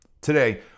Today